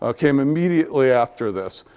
ah came immediately after this.